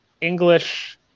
English